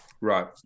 Right